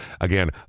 again